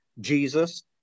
Jesus